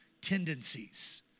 tendencies